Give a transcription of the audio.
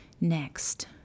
next